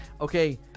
Okay